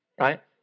right